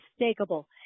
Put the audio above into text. unmistakable